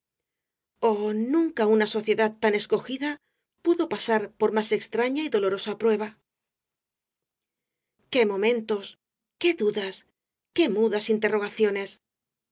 oh nunca una sociedad tan escogida pudo pasar por más extraña y dolorosa prueba qué momentos qué dudas qué mudas interrogaciones